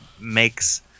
makes